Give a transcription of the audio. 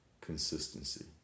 consistency